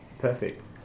perfect